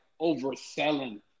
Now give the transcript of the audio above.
overselling